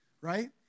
right